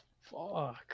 Fuck